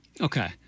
Okay